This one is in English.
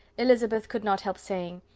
elizabeth could not help saying,